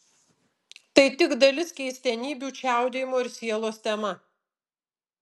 tai tik dalis keistenybių čiaudėjimo ir sielos tema